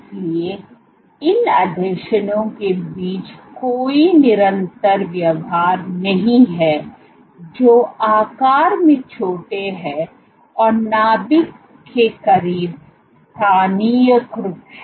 इसलिए इन आसंजनों के बीच कोई निरंतर व्यवहार नहीं है जो आकार में छोटे हैं और नाभिक के करीब स्थानीयकृत हैं